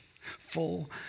full